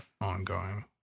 Ongoing